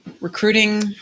recruiting